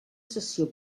sessió